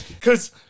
cause